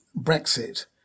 Brexit